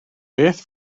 beth